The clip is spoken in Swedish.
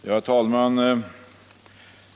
Herr talman!